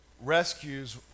rescues